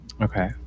okay